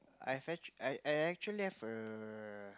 I fetch I I I actually have a